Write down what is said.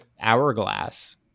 hourglass